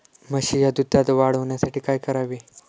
म्हशीच्या दुधात वाढ होण्यासाठी काय करावे?